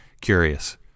curious